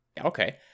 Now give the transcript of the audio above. okay